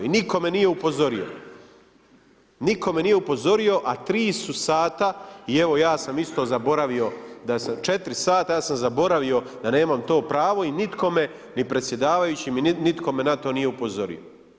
I nitko me nije upozorio, nitko me nije upozorio, a tri su sata i evo ja sam isto zaboravio, četiri sata, ja sam zaboravio da nemam to pravo i nitko me ni predsjedavajući i nitko me na to nije upozorio.